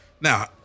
Now